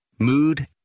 Mood